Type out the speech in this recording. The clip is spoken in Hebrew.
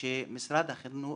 שמשרד החינוך,